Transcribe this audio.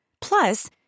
Plus